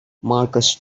marcus